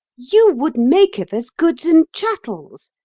you would make of us goods and chattels,